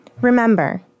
Remember